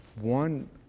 one